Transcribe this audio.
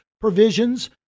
provisions